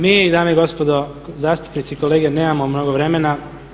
Mi dame i gospodo, zastupnici i kolege nemamo mnogo vremena.